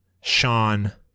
sean